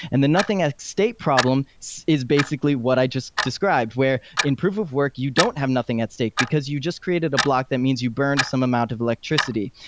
and the nothing at stake problem is basically what i just described, where in proof of work you don't have nothing at stake, because you just created a block that means you burned some amount of electricity.